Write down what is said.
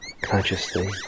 consciously